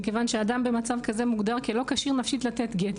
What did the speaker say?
מכיוון שאדם במצב כזה נחשב כלא כשיר נפשית לתת גט,